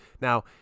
Now